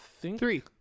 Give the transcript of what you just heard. Three